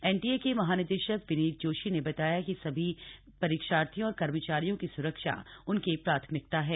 N ीए के महानिदेशक विनीत जोशी ने बताया कि सभी परीक्षार्थियों और कर्मचारियों की सुरक्षा उनकी प्राथमिकता है